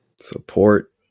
Support